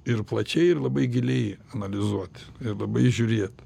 ir plačiai ir labai giliai analizuot labai žiūrėt